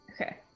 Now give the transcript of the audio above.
Okay